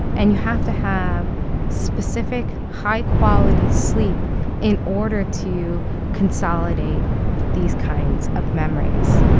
and you have to have specific high-quality sleep in order to consolidate these kinds of memories.